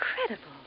Incredible